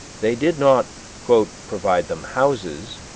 they did not provide them houses,